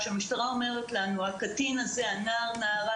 כשהמשטרה אומרת לנו "הקטין הזה או הנער והנערה